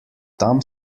tam